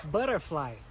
Butterfly